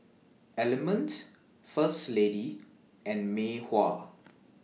Element First Lady and Mei Hua